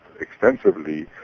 extensively